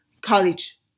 college